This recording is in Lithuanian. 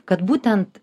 kad būtent